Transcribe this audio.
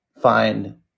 find